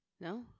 No